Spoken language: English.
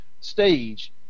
stage